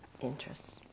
interests